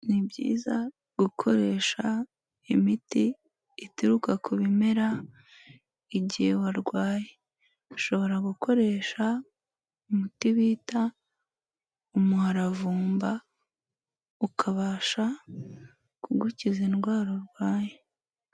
Ni byiza gukoresha imiti ituruka ku bimera igihe warwaye, ushobora gukoresha umuti bita umuharavumba ukabasha kugukiza indwara urwaye.